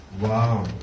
wow